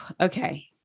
Okay